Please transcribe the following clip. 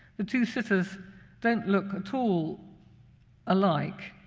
the two sitters don't look at all alike,